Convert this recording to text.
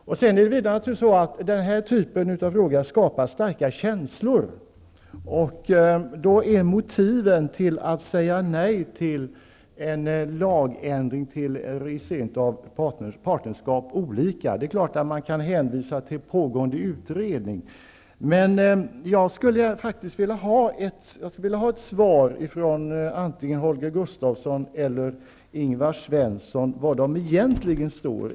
Den här typen av fråga skapar naturligtvis starka känslor. Därför är motiven till att säga nej till en lagändring till förmån för registrering av partnerskap olika. Det är klart att man kan hänvisa till pågående utredning, men jag skulle faktiskt vilja ha ett svar ifrån antingen Holger Gustafsson eller Ingvar Svensson på frågan var de egentligen står.